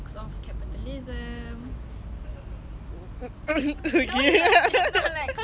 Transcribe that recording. when you do that I'm like so lost I'm like what